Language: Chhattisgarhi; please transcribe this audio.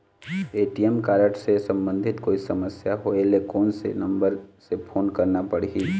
ए.टी.एम कारड से संबंधित कोई समस्या होय ले, कोन से नंबर से फोन करना पढ़ही?